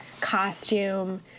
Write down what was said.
costume